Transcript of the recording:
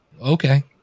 Okay